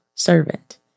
servant